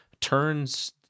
turns